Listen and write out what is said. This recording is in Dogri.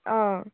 हां